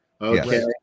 Okay